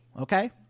okay